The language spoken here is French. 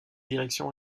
directions